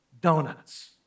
donuts